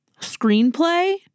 screenplay